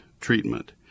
treatment